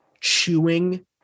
chewing